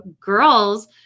girls